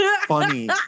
funny